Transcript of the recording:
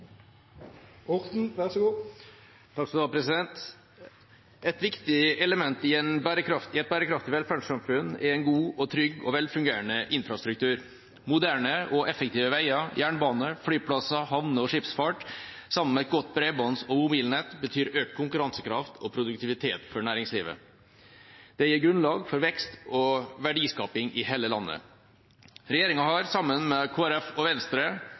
befolkningsfond og så få det tilbake til 2013-nivå. Nå må vi øke støtten på disse områdene for å demme opp for kuttene som Trump-administrasjonen gjør. Et viktig element i et bærekraftig velferdssamfunn er en god, trygg og velfungerende infrastruktur. Moderne og effektive veier, jernbane, flyplasser, havner og skipsfart sammen med et godt bredbånds- og mobilnett betyr økt konkurransekraft og produktivitet for næringslivet. Det gir grunnlag for vekst og verdiskaping i hele landet. Høyre–Fremskrittsparti-regjeringa, sammen med